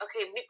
okay